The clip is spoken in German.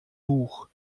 buch